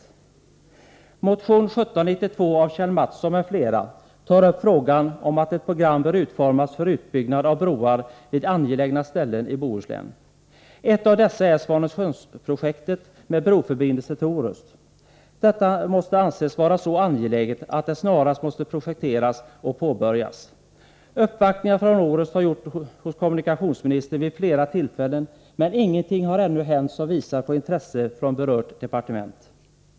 I motion 1792 av Kjell Mattsson m.fl. tar man upp frågan om att ett program bör utformas för utbyggnad av broar vid angelägna ställen i Bohuslän. Ett av dessa är Svanesundsprojektet, med broförbindelse till Orust. Detta arbete måste anses vara så angeläget att det snarast måste projekteras och påbörjas. Uppvaktningar från Orust har gjorts hos kommunikationsministern vid flera tillfällen, men ingenting har ännu hänt som visar på intresse från berört departement.